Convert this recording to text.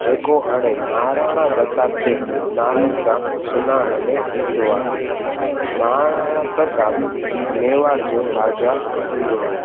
जेको हाणे महाराणा प्रताप जे नाले सां सुञाण में ईंदो आहे महाराणा प्रताप मेवाड़ जो राजा हूंदो हो